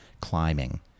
climbing